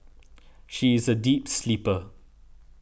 she is a deep sleeper